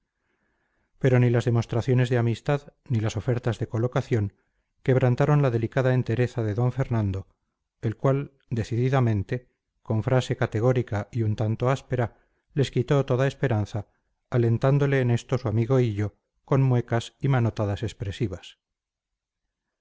pero ni las demostraciones de amistad ni las ofertas de colocación quebrantaron la delicada entereza de d fernando el cual decididamente con frase categórica y un tanto áspera les quitó toda esperanza alentándole en esto su amigo hillo con muecas y manotadas expresivas